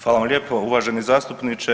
Hvala vam lijepo uvaženi zastupniče.